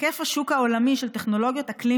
היקף השוק העולמי של טכנולוגיית אקלים